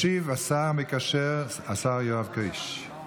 ישיב השר המקשר, השר יואב קיש, בבקשה.